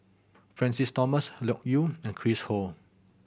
Francis Thomas Loke Yew and Chris Ho